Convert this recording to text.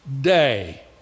day